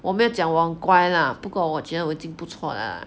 我没有讲我很乖 lah 不过我觉得我已经不错了 lah